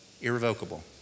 Irrevocable